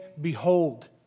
behold